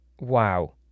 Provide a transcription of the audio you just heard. Wow